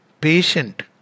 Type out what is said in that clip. patient